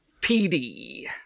PD